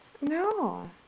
No